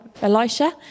Elisha